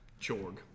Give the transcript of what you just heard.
chorg